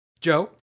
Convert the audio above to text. Joe